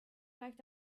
gleich